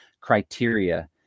criteria